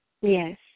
yes